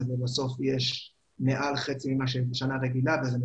ובסוף יש מעל חצי מכפי שיש בשנה רגילה וזה מתוקצב.